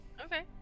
Okay